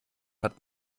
hat